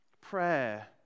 prayer